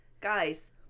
Guys